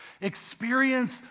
Experience